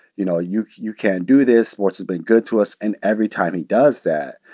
you know, you you can't do this. sports has been good to us. and every time he does that,